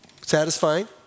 Satisfying